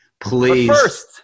Please